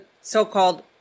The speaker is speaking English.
so-called